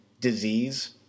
disease